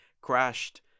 crashed